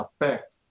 affect